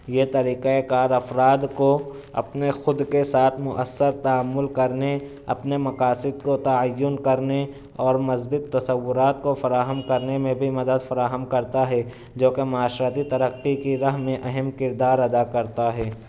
یہ طریقۂ کار افراد کو اپنے خود کے ساتھ مؤثر تعمل کرنے اپنے مقاصد کو تعین کرنے اور مثبت تصورات کو فراہم کرنے میں بھی مدد فراہم کرتا ہے جوکہ معاشرتی ترقی کی راہ میں اہم کردار ادا کرتا ہے